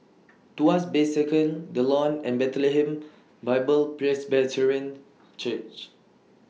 Tuas Bay Circle The Lawn and Bethlehem Bible Presbyterian Church